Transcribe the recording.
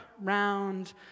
round